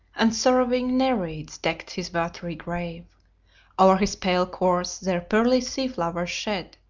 and sorrowing nereids decked his watery grave o'er his pale corse their pearly sea-flowers shed,